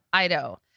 Ido